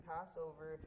Passover